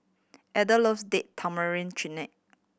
Elden loves Date Tamarind Chutney